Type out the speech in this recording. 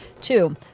Two